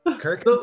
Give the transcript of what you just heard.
Kirk